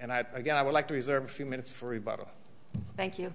and i guess i would like to reserve a few minutes for rebuttal thank you